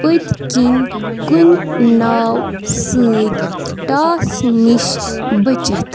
پٔتۍ کِنۍ کُنہِ ناو سۭتۍ ٹاس نِش بٔچِتھ